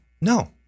No